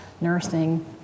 nursing